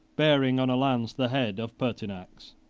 bearing on a lance the head of pertinax.